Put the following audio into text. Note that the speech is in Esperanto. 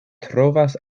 trovas